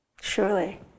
Surely